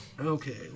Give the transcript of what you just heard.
Okay